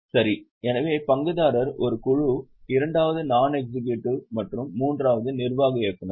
சரி எனவே பங்குதாரர் ஒரு குழு இரண்டாவது நாண் எக்ஸிகியூட்டிவ் மற்றும் மூன்றாவது நிர்வாக இயக்குநர்கள்